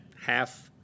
half